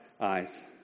eyes